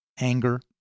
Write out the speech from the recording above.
anger